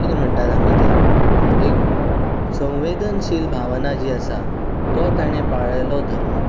कितें म्हणटात आमी ते एक संवेदनशील भावना जी आसा तो ताणें पाळिल्लो धर्म